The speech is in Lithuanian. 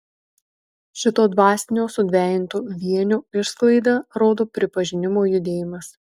šito dvasinio sudvejinto vienio išsklaidą rodo pripažinimo judėjimas